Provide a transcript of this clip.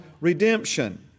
redemption